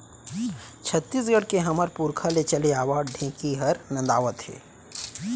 छत्तीसगढ़ के हमर पुरखा ले चले आवत ढेंकी हर नंदावत हे